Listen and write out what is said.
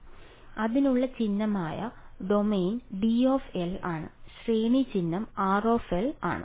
അതിനാൽ അതിനുള്ള ചിഹ്നമായ ഡൊമെയ്ൻ D ആണ് ശ്രേണി ചിഹ്നം R ശരിയാണ്